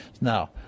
Now